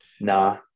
nah